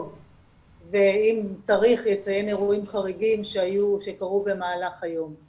ואם צריך יציין אירועים חריגים שקרו במהלך היום'.